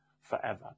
forever